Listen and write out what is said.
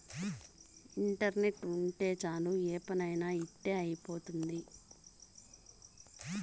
internet ఉంటే చాలు ఏ పని అయినా ఇట్టి అయిపోతుంది